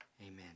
Amen